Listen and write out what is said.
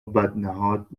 بدنهاد